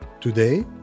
Today